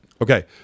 Okay